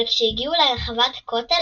אבל כשהגיעו לרחבת הכותל,